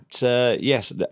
yes